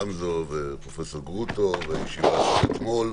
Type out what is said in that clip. גמזו ופרופ' גרוטו, והישיבה של אתמול,